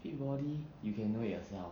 fit body you can know it yourself